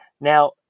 Now